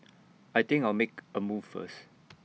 I think I'll make A move first